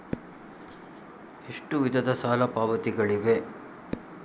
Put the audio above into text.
ಎಷ್ಟು ವಿಧದ ಸಾಲ ಪಾವತಿಗಳಿವೆ?